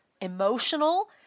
emotional